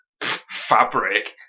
fabric